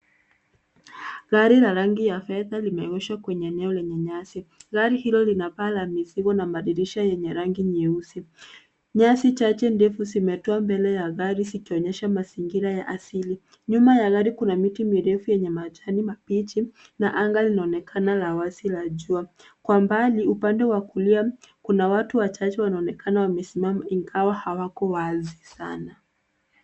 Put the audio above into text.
Gari la rangi ya fedha limeegeshwa kwenye eneo lenye nyasi. Gari hilo lina paa la mzigo na madirisha yenye rangi nyeusi. Nyasi chache ndefu zimetua mbele ya gari zikionyesha mazingira ya asili. Nyuma ya gari kuna miti mirefu yenye majani mabichi na anga linaonekana la wazi la jua. Kwa mbali, upande wa kulia kuna watu wachache wanaonekana wamesimama ingawa hawako wazi sana.